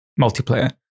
multiplayer